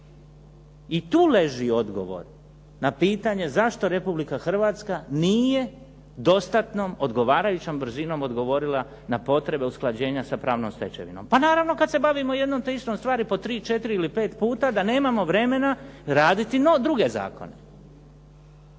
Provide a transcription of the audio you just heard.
I tu leži odgovor na pitanje zašto Republika Hrvatska nije dostatnom odgovarajućom brzinom odgovorila na potrebe usklađenja s pravnom stečevinom. Pa naravno kad se bavimo jednom te istom stvari po tri, četiri ili pet puta da nemamo vremena raditi druge zakone.